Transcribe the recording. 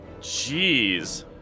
Jeez